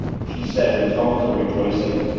she said in tones of rejoicing,